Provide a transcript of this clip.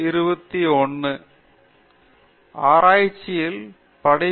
நல்ல காலை